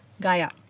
Gaya